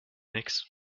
nix